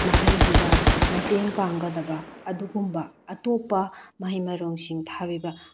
ꯃꯍꯩꯗꯨꯗ ꯃꯇꯦꯡ ꯄꯥꯡꯒꯗꯕ ꯑꯗꯨꯒꯨꯝꯕ ꯑꯇꯣꯞꯄ ꯃꯍꯩ ꯃꯔꯣꯡꯁꯤꯡ ꯊꯕꯤꯕ